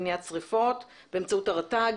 למניעת שריפות באמצעות הרט"ג,